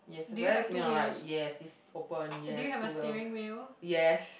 yes the fellow in your right yes it's open yes two wheels yes